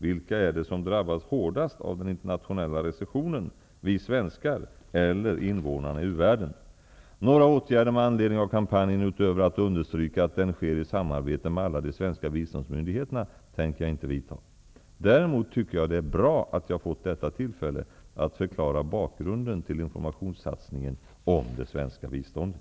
Vilka är det som drabbas hårdast av den internationella recessionen, vi svenskar eller invånarna i u-världen? Några åtgärder med anledning av kampanjen utöver att understryka att den sker i samarbete med alla de svenska biståndsmyndigheterna, tänker jag inte vidta. Däremot tycker jag att det är bra att jag fått detta tillfälle att förklara bakgrunden till informationssatsningen om det svenska biståndet.